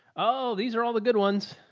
oh, these are all the good ones.